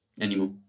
anymore